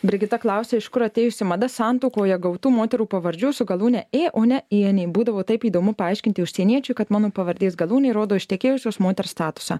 brigita klausia iš kur atėjusi mada santuokoje gautų moterų pavardžių su galūne ė o ne ienė būdavo taip įdomu paaiškinti užsieniečiui kad mano pavardės galūnė rodo ištekėjusios moters statusą